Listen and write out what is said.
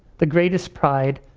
the greatest pride,